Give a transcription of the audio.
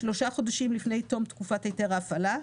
שלושה חודשים לפני תום תקופת היתר ההפעלה,